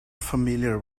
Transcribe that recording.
familiar